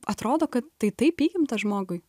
atrodo kad tai taip įgimta žmogui